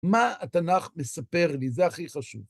מה התנ״ך מספר לי? זה הכי חשוב.